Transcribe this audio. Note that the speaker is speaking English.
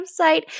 website